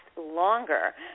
longer